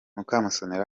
mukamusoni